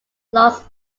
los